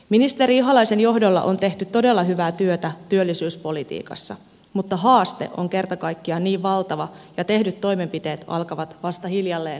ministeri ihalaisen johdolla on tehty todella hyvää työtä työllisyyspolitiikassa mutta haaste on kerta kaikkiaan niin valtava ja tehdyt toimenpiteet alkavat vasta hiljalleen vaikuttaa